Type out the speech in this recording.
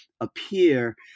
appear